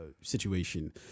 situation